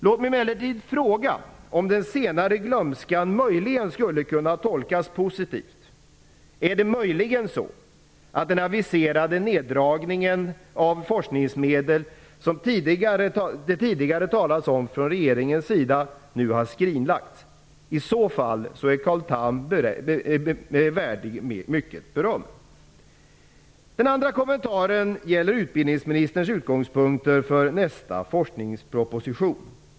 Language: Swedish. Låt mig emellertid fråga om den senare glömskan möjligen skulle kunna tolkas positivt. Är det möjligen så, att den aviserade neddragningen av forskningsmedel, som det tidigare talats om från regeringens sida, nu har skrinlagts? I så fall är Carl Tham värd mycket beröm. För det andra gäller det utbildningsministerns utgångspunkter för nästa forskningsproposition.